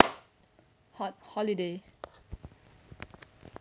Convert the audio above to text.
hol~ holiday